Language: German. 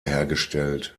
hergestellt